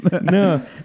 no